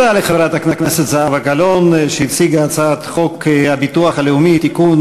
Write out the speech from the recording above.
תודה לחברת הכנסת זהבה גלאון שהציגה את הצעת חוק הביטוח הלאומי (תיקון,